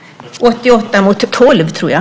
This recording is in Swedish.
88 mot 12, tror jag.